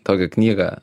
tokią knygą